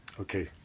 Okay